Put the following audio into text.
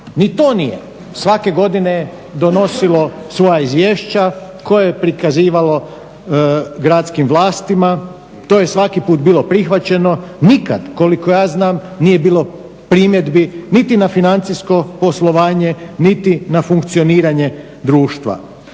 Ni to nije. Svake je godine donosilo svoja izvješća koje je prikazivalo gradskim vlastima, to je svaki put bilo prihvaćeno. Nikad koliko ja znam nije bilo primjedbi niti na financijsko poslovanje niti na funkcioniranje društva.